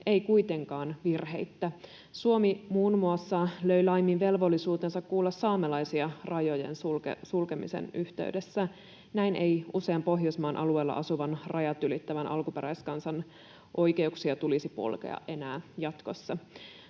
ei kuitenkaan virheittä: Suomi muun muassa löi laimin velvollisuutensa kuulla saamelaisia rajojen sulkemisen yhteydessä. Näin ei usean Pohjoismaan alueella asuvan rajat ylittävän alkuperäiskansan oikeuksia tulisi polkea enää jatkossa.